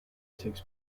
takes